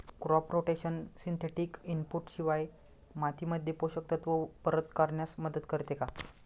Crop rotation synthetic input शिवाय मातीमध्ये पोषक तत्त्व परत करण्यास मदत करते का?